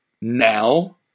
Now